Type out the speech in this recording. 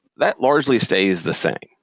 that largely stays the same.